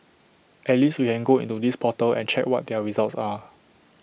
at least we can go into this portal and check what their results are